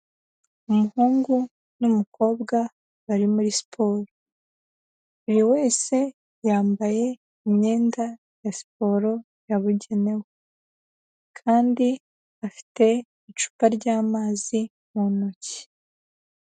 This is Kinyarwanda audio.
Umuhungu n'umukobwa bari muri siporo, buri wese yambaye imyenda ya siporo yabugenewe kandi afite icupa ryamazi mu ntoki.